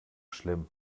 schlimm